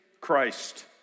Christ